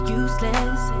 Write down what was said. useless